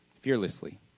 fearlessly